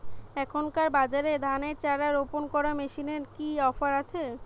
এখনকার বাজারে ধানের চারা রোপন করা মেশিনের কি অফার আছে?